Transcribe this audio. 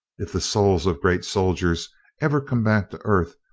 if the souls of great soldiers ever come back to earth,